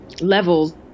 levels